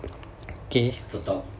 okay